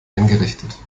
eingerichtet